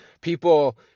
people